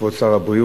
כבוד שר הבריאות,